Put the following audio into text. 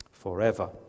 Forever